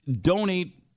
donate